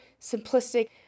simplistic